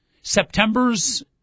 Septembers